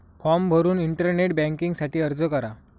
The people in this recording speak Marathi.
फॉर्म भरून इंटरनेट बँकिंग साठी अर्ज करा